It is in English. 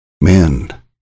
Men